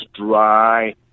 dry